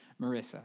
Marissa